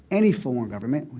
any foreign government,